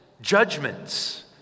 judgments